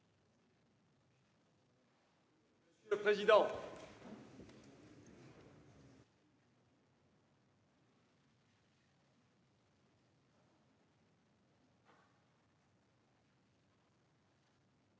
Monsieur le président,